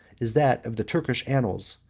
is that of the turkish annals,